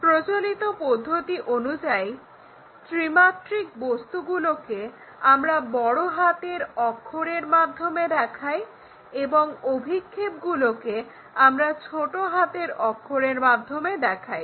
প্রচলিত পদ্ধতি অনুযায়ী ত্রিমাত্রিক বস্তুগুলোকে আমরা বড় হাতের অক্ষরের মাধ্যমে দেখাই এবং অভিক্ষেপগুলোকে আমরা ছোট হাতের অক্ষরের মাধ্যমে দেখাই